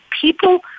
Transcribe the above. people